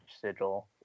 sigil